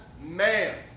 man